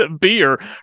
beer